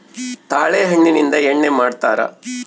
ತಾಳೆ ಹಣ್ಣಿಂದ ಎಣ್ಣೆ ಮಾಡ್ತರಾ